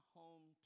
home